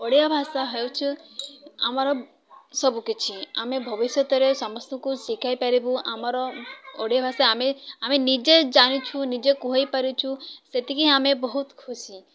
ଓଡ଼ିଆ ଭାଷା ହେଉଛି ଆମର ସବୁକିଛି ଆମେ ଭବିଷ୍ୟତରେ ସମସ୍ତଙ୍କୁ ଶିଖାଇ ପାରିବୁ ଆମର ଓଡ଼ିଆ ଭାଷା ଆମେ ଆମେ ନିଜେ ଜାଣିଛୁ ନିଜେ କହି ପାରୁଛୁ ସେତିକିଁ ଆମେ ବହୁତ ଖୁସି